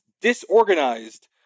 disorganized